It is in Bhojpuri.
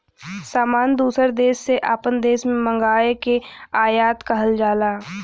सामान दूसर देस से आपन देश मे मंगाए के आयात कहल जाला